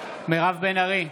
מירב בן ארי,